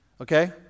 okay